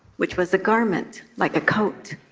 which was a garment like a coat,